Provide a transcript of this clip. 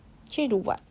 change to what